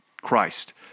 Christ